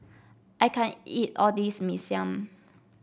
I can't eat all this Mee Siam